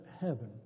heaven